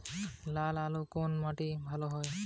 লাল আলু কোন মাটিতে ভালো হয়?